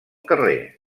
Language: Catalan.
carrer